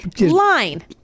line